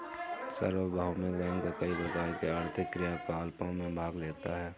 सार्वभौमिक बैंक कई प्रकार के आर्थिक क्रियाकलापों में भाग लेता है